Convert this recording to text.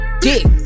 Dick